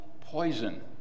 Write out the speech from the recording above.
poison